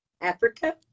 Africa